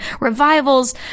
revivals